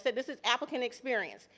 this is applicant experience.